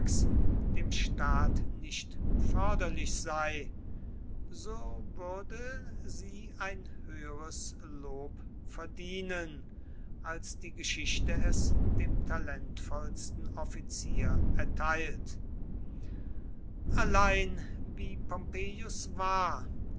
dem staat nicht förderlich sei so würde sie ein höheres lob verdienen als die geschichte es dem talentvollsten offizier erteilt allein wie pompeius war